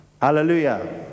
Hallelujah